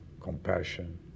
compassion